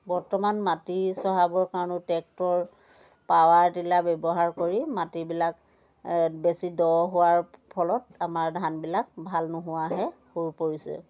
বৰ্তমান মাটি চহাবৰ কাৰণেও ট্ৰেক্টৰ পাৱাৰ টিলাৰ ব্যৱহাৰ কৰি মাটিবিলাক বেছি দ হোৱাৰ ফলত আমাৰ ধানবিলাক ভাল নোহোৱাহে হৈ পৰিছে